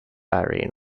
irene